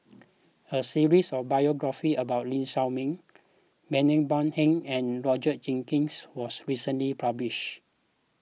a series of biographies about Lee Shao Meng Bani Buang and Roger Jenkins was recently published